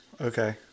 Okay